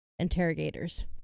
interrogators